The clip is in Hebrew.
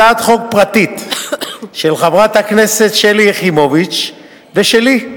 הצעת חוק פרטית של חברת הכנסת שלי יחימוביץ ושלי,